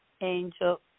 Angel